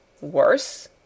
Worse